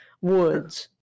woods